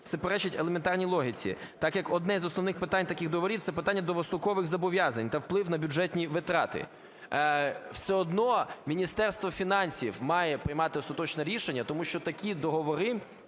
суперечить елементарній логіці, так як одне із основних питань таких договорів – це питання довгострокових зобов'язань та вплив на бюджетні витрати. Все одно Міністерство фінансів має приймати остаточне рішення, тому що такі договори